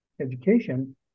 education